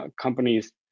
companies